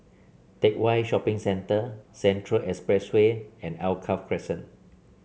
Teck Whye Shopping Centre Central Expressway and Alkaff Crescent